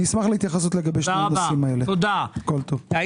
כל טוב.